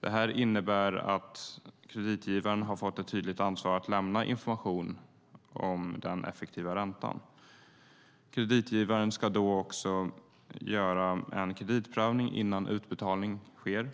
Detta innebär att kreditgivaren har fått ett tydligt ansvar för att lämna information om den effektiva räntan. Kreditgivaren ska då även göra en kreditprövning innan utbetalning sker.